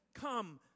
Come